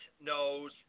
knows